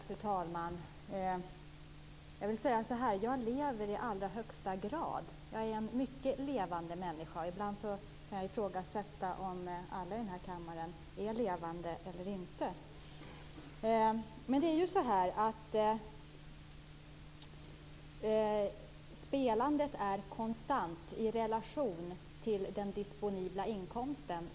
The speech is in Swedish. Fru talman! Jag lever i allra högsta grad. Jag är en mycket levande människa. Ibland kan jag ifrågasätta om alla i denna kammare är levande eller inte. Spelandet är konstant i relation till den disponibla inkomsten.